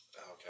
Okay